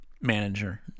manager